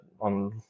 on